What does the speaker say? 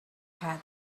had